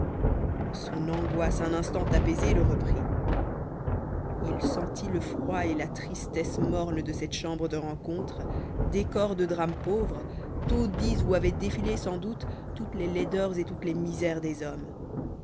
son angoisse un instant apaisée le reprit il sentit le froid et la tristesse morne de cette chambre de rencontre décor de drame pauvre taudis où avaient défilé sans doute toutes les laideurs et toutes les misères des hommes